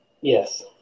Yes